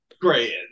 Great